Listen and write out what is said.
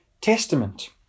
Testament